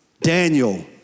Daniel